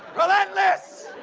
relentless!